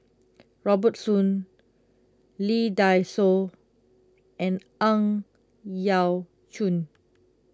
Robert Soon Lee Dai Soh and Ang Yau Choon